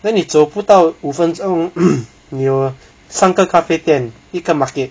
then 你走不到五分钟 你有三个咖啡店一个 market